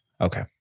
Okay